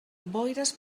boires